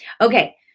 Okay